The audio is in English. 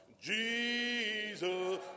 Jesus